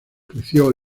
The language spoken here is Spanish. creció